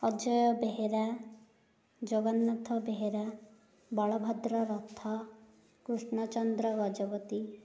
Ajay Behera Jagannath Behera Balabhadra Rath Krishnachandra Gajapati